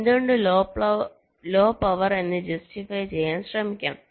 എന്തുകൊണ്ട് low power എന്ന് justify ചെയ്യാൻ ശ്രമിക്കാം